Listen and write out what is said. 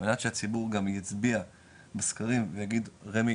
על מנת שהציבור גם יצביע בסקרים ויגיד רמ"י